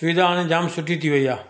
सुविधा हाणे जाम सुठी थी वेई आहे